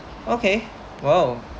okay !wow!